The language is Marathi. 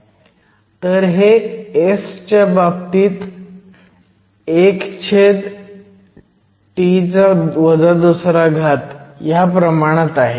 तर हे S च्या बाबतीत 1T 2 च्या प्रमाणात आहे